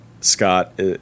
Scott